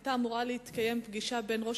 היתה אמורה להתקיים פגישה בין ראש